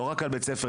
לא רק על בית ספר,